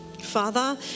Father